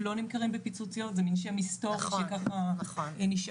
לא נמכרים בפיצוציות, זה מן שם היסטורי שככה נשאר,